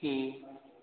हूँ